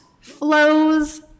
flows